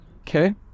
Okay